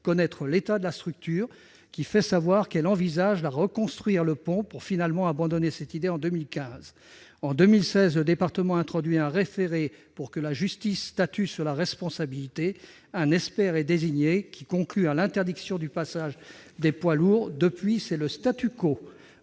connaître l'état de la structure, et celle-ci fait savoir qu'elle envisage la reconstruction du pont, pour finalement abandonner cette idée en 2015. En 2016, le département introduit un référé pour que la justice statue sur la responsabilité. Un expert est désigné, qui conclut à l'interdiction du passage des poids lourds. Depuis, c'est le statu quo.